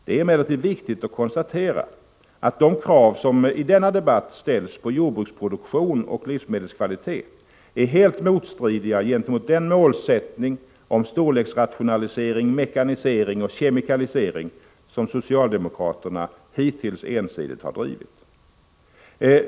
Det är emellertid viktigt att konstatera att de krav som i denna debatt ställs på jordbruksproduktion och livsmedelskvalitet helt strider mot den målsättning i fråga om storleksrationalisering, mekanisering och kemikalisering som socialdemokraterna hittills ensidigt har drivit.